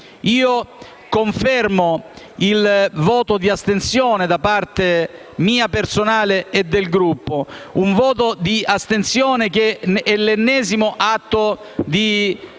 confermo il voto di astensione da parte mia personale e del Gruppo; un voto di astensione che è l'ennesimo atto di